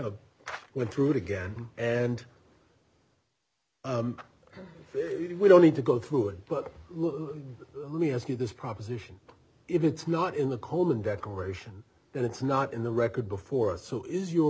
of went through it again and ok we don't need to go through it but let me ask you this proposition if it's not in the cold and declaration that it's not in the record before so is your